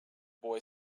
boy